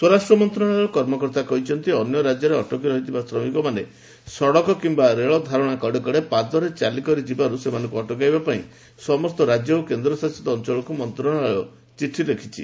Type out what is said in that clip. ସ୍ୱରାଷ୍ଟ୍ର ମନ୍ତ୍ରଣାଳୟ କର୍ମକର୍ତ୍ତା କହିଛନ୍ତି ଅନ୍ୟ ରାଜ୍ୟରେ ଅଟକି ରହିଥିବା ଶ୍ରମିକମାନେ ସଡ଼କ କିମ୍ବା ରେଳ ଧାରଣା କଡ଼େ କଡ଼େ ପାଦରେ ଚାଲିକରି ଯିବାରୁ ସେମାନଙ୍କୁ ଅଟକାଇବା ପାଇଁ ସମସ୍ତ ରାଜ୍ୟ ଓ କେନ୍ଦ୍ର ଶାସିତ ଅଞ୍ଚଳକୁ ମନ୍ତ୍ରଣାଳୟ ଚିଠି ଲେଖିଛି